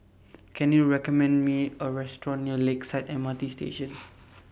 Can YOU recommend Me A Restaurant near Lakeside M R T Station